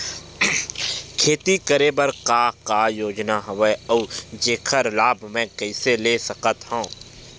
खेती करे बर का का योजना हवय अउ जेखर लाभ मैं कइसे ले सकत हव?